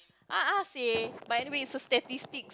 a'ah seh but anyway it's a statistics